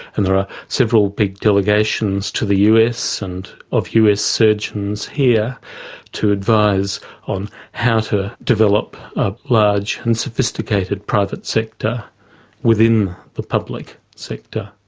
and there are several big delegations to the us and of us surgeons here to advise on how to develop a large and sophisticated private sector within the public sector.